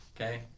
Okay